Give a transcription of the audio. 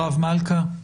הרב מלכא,